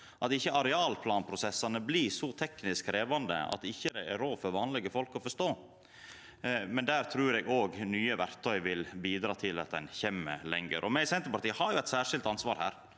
at ikkje arealplanprosessane blir så teknisk krevjande at det ikkje er råd for vanlege folk å forstå dei. Der trur eg òg nye verktøy vil bidra til at ein kjem lenger. Me i Senterpartiet har eit særskilt ansvar her,